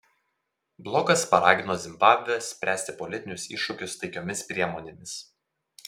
blokas paragino zimbabvę spręsti politinius iššūkius taikiomis priemonėmis